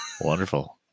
wonderful